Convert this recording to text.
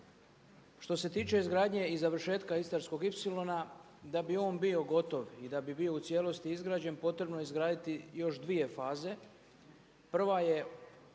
Što se tiče izgradnje i završetka Istarskog ipsilona da bi on bio gotov i da bi bio u cijelosti izgrađen potrebno je izgraditi još dvije faze.